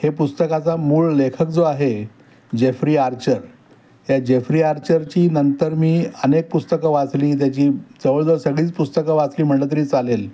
हे पुस्तकाचा मूळ लेखक जो आहे जेफ्री आर्चर या जेफ्री आर्चरची नंतर मी अनेक पुस्तकं वाचली त्याची जवळजवळ सगळीच पुस्तकं वाचली म्हटलं तरी चालेल